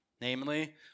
Namely